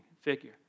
figure